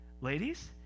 Ladies